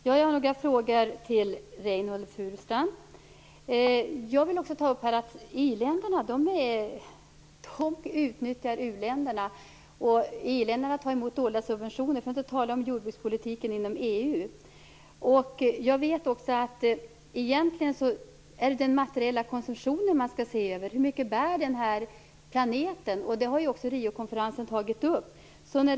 Herr talman! Jag har några frågor till Reynoldh Furustrand. I-länderna utnyttjar u-länderna och tar emot dåliga subventioner - för att inte tala om jordbrukspolitiken inom EU! Jag vet också att det egentligen är den materiella konsumtionen som skall ses över. Hur mycket bär den här planeten? På Riokonferensen togs den frågan upp.